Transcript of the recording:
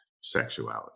sexuality